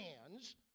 hands